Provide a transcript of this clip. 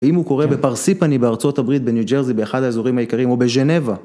ואם הוא קורה בפרסיפני בארצות הברית, בניו ג'רזי, באחד האזורים העיקריים, או בג'נבה.